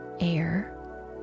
air